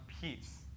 peace